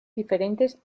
diferentes